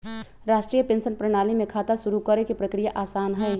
राष्ट्रीय पेंशन प्रणाली में खाता शुरू करे के प्रक्रिया आसान हई